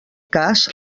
cas